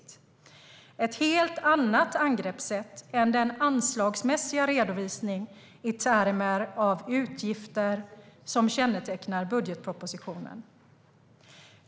Det är ett helt annat angreppssätt än den anslagsmässiga redovisning i termer av utgifter som kännetecknar budgetpropositionen.